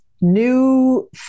new